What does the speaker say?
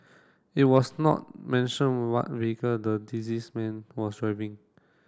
it was not mentioned what vehicle the disease man was driving